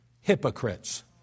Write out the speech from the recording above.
hypocrites